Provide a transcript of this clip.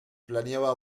planeaba